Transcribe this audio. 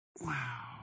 Wow